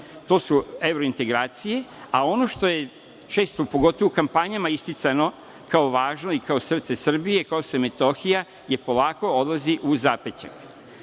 to su evropske integracije. Ono što je često, a pogotovo u kampanjama isticano kao važno i kao srce Srbije je Kosovo i Metohija koje polako odlazi u zapećak.